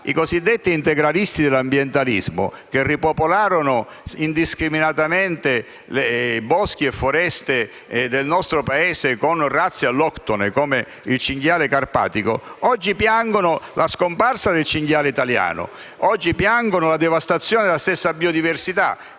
I cosiddetti integralisti dell'ambientalismo, che ripopolarono indiscriminatamente boschi e foreste con razze alloctone, come il cinghiale carpatico, oggi piangono la scomparsa del cinghiale italiano e la devastazione della stessa biodiversità.